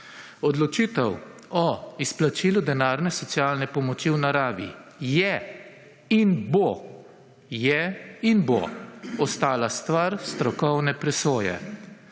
Odločitev o izplačilu denarne socialne pomoči v naravi je in bo – je in bo – ostala stvar strokovne presoje.